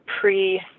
pre